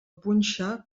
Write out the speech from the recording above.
punxa